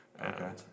Okay